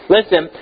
Listen